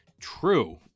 True